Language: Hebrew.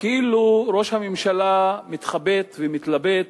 כאילו ראש הממשלה מתחבט ומתלבט